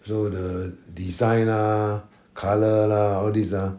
so the design are colour lah all these ah